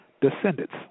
descendants